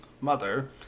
mother